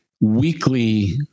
weekly